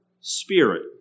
Spirit